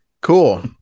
Cool